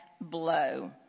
blow